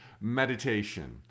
meditation